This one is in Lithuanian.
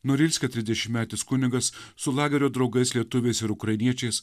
norilske trisdešimtmetis kunigas su lagerio draugais lietuviais ir ukrainiečiais